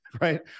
right